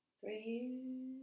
three